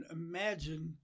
imagine